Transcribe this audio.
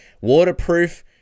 waterproof